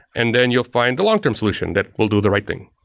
and then you'll find the long-term solution that will do the right thing.